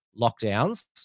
lockdowns